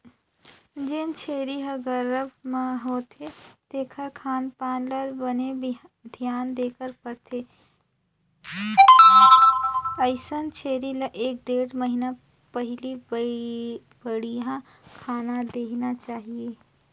जेन छेरी ह गरभ म होथे तेखर खान पान ल बने धियान देबर परथे, अइसन छेरी ल एक ढ़ेड़ महिना पहिली बड़िहा खाना देना चाही